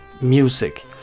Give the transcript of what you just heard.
music